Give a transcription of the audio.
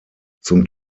zum